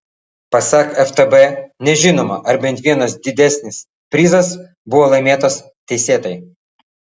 pasak ftb nežinoma ar bent vienas didesnis prizas buvo laimėtas teisėtai